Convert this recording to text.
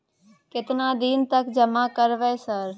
केतना दिन तक जमा करबै सर?